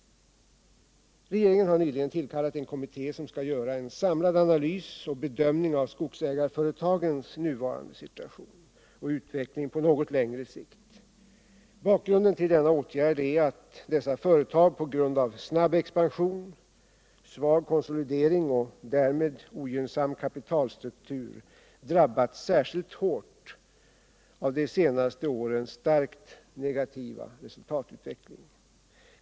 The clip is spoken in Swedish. Regeringen har nyligen tillkallat en kommitté, som skall göra en samlad analys och bedömning av skogsägareföretagens nuvarande situation och utveckling på något längre sikt. Bakgrunden till denna åtgärd är att dessa företag — på grund av snabb expansion, svag konsolidering och därmed ogynnsam kapitalstruktur — drabbats särskilt hårt av de senaste årens starkt negativa resultatutveckling.